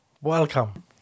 Welcome